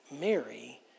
Mary